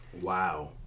Wow